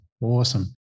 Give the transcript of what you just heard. Awesome